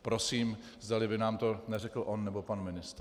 Prosím, zdali by nám to neřekl on nebo pan ministr.